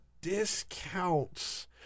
discounts